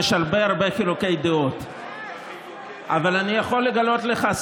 זה קשה, הינה החבר שלך, הינה החבר שלך,